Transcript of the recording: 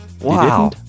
Wow